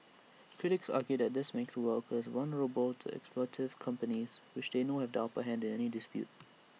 critics argue that this makes workers vulnerable to exploitative companies which they know have the upper hand in any dispute